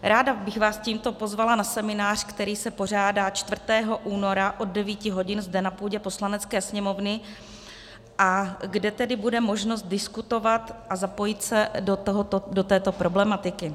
Ráda bych vás tímto pozvala na seminář, který se pořádá 4. února od 9 hodin zde na půdě Poslanecké sněmovny a kde bude možnost diskutovat a zapojit se do této problematiky.